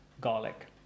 garlic